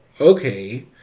okay